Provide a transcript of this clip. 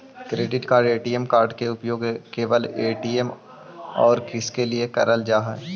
Credit card ATM card के उपयोग केवल ए.टी.एम और किसके के लिए करल जा है?